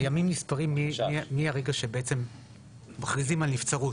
הימים נספרים מהרגע שמכריזים על נבצרות.